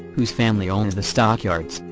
whose family owns the stockyards,